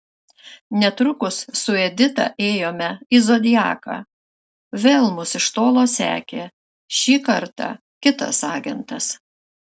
netrukus su edita ėjome į zodiaką vėl mus iš tolo sekė šį kartą kitas agentas